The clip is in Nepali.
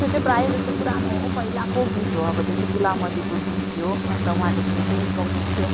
त्यो चाहिँ प्रायः जस्तो पुरानो पहिलाको गीत हो अब त्यो चाहिँ गुलाम अलीको गीत थियो अन्त उहाँले त्यो चाहिँ चाहिँ गीत गाउनु हुन्थ्यो